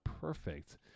perfect